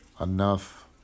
enough